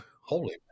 holy